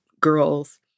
girls